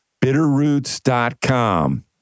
bitterroots.com